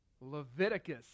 Leviticus